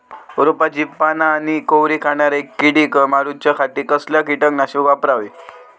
रोपाची पाना आनी कोवरी खाणाऱ्या किडीक मारूच्या खाती कसला किटकनाशक वापरावे?